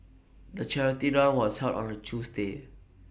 the charity run was held on A Tuesday